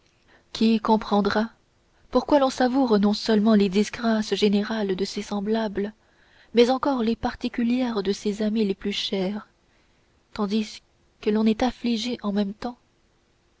qui comprendra pourquoi l'on savoure non seulement les disgrâces générales de ses semblables mais encore les particulières de ses amis les plus chers tandis que l'on en est affligé en même temps